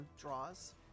draws